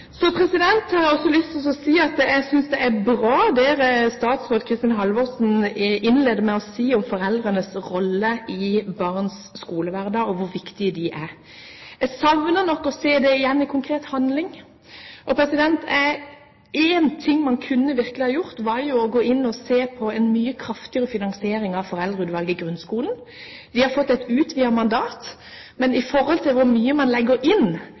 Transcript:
har jeg også lyst til å si at jeg synes det er bra det statsråd Kristin Halvorsen innledet med å si om foreldrenes rolle i barns skolehverdag og hvor viktig den er. Jeg savner nok å se det igjen i konkret handling. Det er én ting man virkelig kunne gjort, og det var å gå inn og se på en mye kraftigere finansiering av Foreldreutvalget i grunnskolen. De har fått et utvidet mandat, men sett i forhold til hvor mye man legger inn